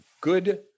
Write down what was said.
good